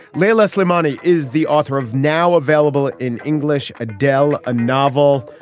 later leslie money is the author of now available in english. adele a novel.